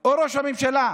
או ראש הממשלה,